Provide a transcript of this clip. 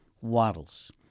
Waddles